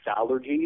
allergies